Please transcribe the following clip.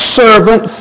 servant